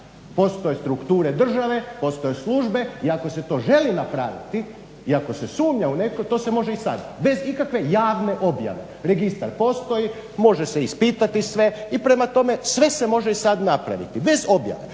postoje strukture države, postoje službe i ako se to želi napraviti i ako se sumnja u nešto to se može i … bez ikakve javne objave. Registar postoji, može se ispitati sve i prema tome sve se može i sada napraviti bez objave.